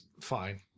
fine